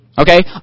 Okay